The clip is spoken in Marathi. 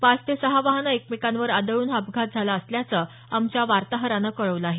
पाच ते सहा वाहनं एकमेकांवर आदळून हा अपघात झाला असल्याचं आमच्या वार्ताहरानं कळवलं आहे